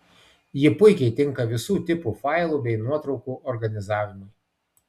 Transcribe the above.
ji puikiai tinka visų tipų failų bei nuotraukų organizavimui